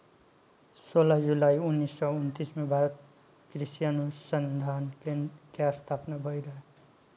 सोलह जुलाई उन्नीस सौ उनतीस में भारतीय कृषि अनुसंधान के स्थापना भईल रहे